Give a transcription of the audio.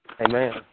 Amen